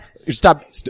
Stop